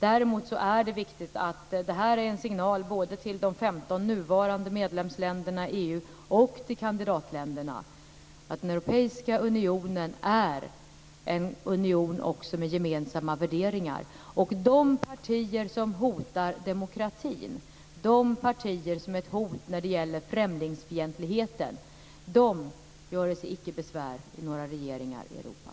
Däremot är det viktigt att det här är en signal både till de 15 nuvarande medlemsländerna i EU och till kandidatländerna; att den europeiska unionen är en union också med gemensamma värderingar och att de partier som hotar demokratin, de partier som är ett hot när det gäller främlingsfientligheten, göre sig icke besvär i några regeringar i Europa.